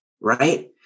right